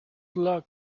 luck